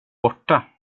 borta